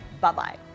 Bye-bye